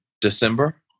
December